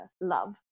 love